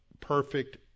perfect